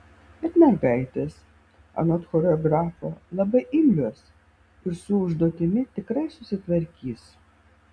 bet mergaitės anot choreografo labai imlios ir su užduotimi tikrai susitvarkys